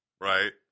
Right